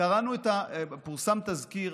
פורסם תזכיר,